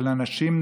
של אנשים,